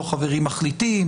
לא חברים מחליטים,